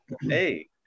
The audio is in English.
hey